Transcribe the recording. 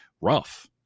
rough